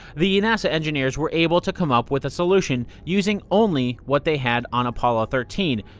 the nasa engineers were able to come up with a solution using only what they had on apollo thirteen.